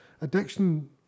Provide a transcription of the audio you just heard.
addiction